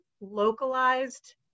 localized